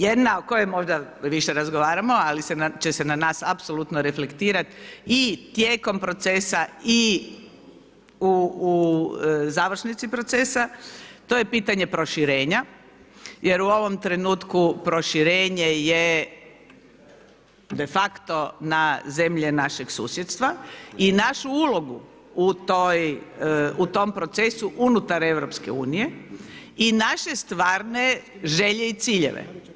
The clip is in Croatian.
Jedna o kojoj možda više razgovaramo, ali će se na nas apsolutno reflektirati i tijekom procesa i u završnici procesa, to je pitanje proširenja jer u ovom trenutku proširenje je de facto na zemlje našeg susjedstva i našu ulogu u tom procesu unutar EU i naše stvarne želje i ciljeve.